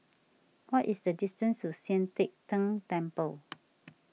what is the distance to Sian Teck Tng Temple